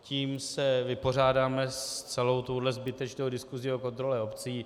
Tím se vypořádáme s celou touhle zbytečnou diskusí o kontrole obcí.